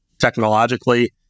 technologically